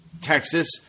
Texas